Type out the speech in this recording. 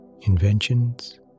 inventions